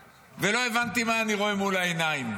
ולא הבנתי מה אני רואה מול העיניים.